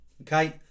okay